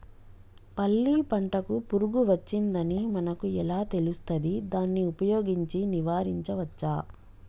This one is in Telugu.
పల్లి పంటకు పురుగు వచ్చిందని మనకు ఎలా తెలుస్తది దాన్ని ఉపయోగించి నివారించవచ్చా?